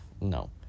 No